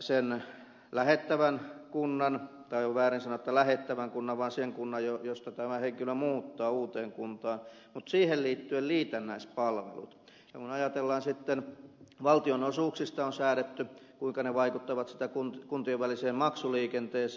sen lähettävän kunnan tai on väärin sanoa lähettävän kunnan vaan sen kunnan josta henkilö muuttaa uuteen kuntaan mutta siihen liittyen liitännäispalvelut kun ajatellaan sitten että valtionosuuksista on säädetty kuinka ne vaikuttavat siihen kuntien väliseen maksuliikenteeseen